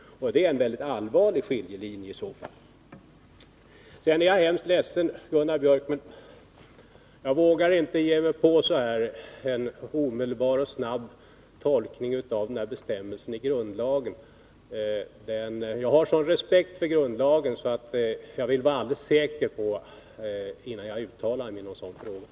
Och det är en mycket allvarlig skiljelinje i så fall. Jag är hemskt ledsen, Gunnar Biörck i Värmdö, men jag vågar inte ge mig på en omedelbar och snabb tolkning av den där bestämmelsen i grundlagen. Jag har sådan respekt för grundlagen att jag vill vara alldeles säker innan jag uttalar mig i någon sådan fråga.